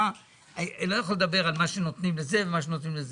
אתה לא יכול לדבר על מה שנותנים לזה ומה שנותנים לזה.